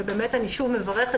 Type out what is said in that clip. ובאמת אני שוב מברכת,